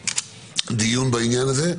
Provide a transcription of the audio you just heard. הדיון בעניין הזה,